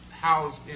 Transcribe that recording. housed